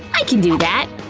i can do that.